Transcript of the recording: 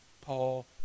Paul